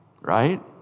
right